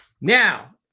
Now